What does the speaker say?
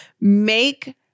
Make